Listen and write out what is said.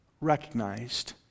recognized